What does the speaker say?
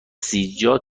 آسیایی